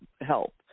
help